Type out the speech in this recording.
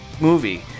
movie